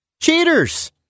Cheaters